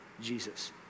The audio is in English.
Jesus